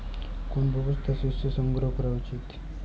কোন অবস্থায় শস্য সংগ্রহ করা উচিৎ?